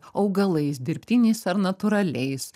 augalais dirbtiniais ar natūraliais